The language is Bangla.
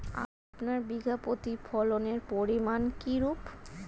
আপনার বিঘা প্রতি ফলনের পরিমান কীরূপ?